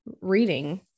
reading